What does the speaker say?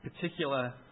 particular